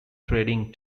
trading